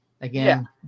Again